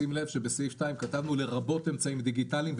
שים לב שבסעיף 2 כתבנו לרבות אמצעים דיגיטליים,